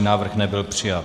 Návrh nebyl přijat.